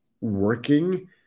working